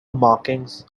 markings